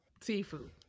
seafood